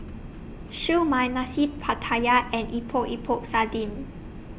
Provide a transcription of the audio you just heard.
Siew Mai Nasi Pattaya and Epok Epok Sardin